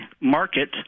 market